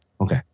Okay